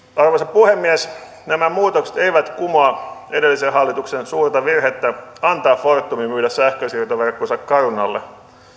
puhemies nämä muutokset eivät kumoa edellisen hallituksen suurta virhettä antaa fortumin myydä sähkönsiirtoverkkonsa carunalle